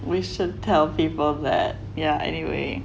we should tell people that yeah anyway